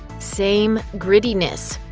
same grittiness.